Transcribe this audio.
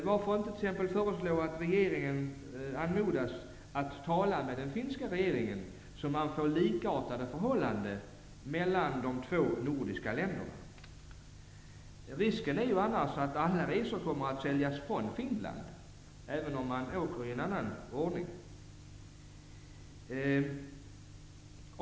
Varför inte t.ex. föreslå att regeringen talar med den finska regeringen, så att man får likartade förhållanden i de två nordiska länderna? Risken är annars att alla resor kommer att säljas från Finland, även om man åker på ett annat sätt.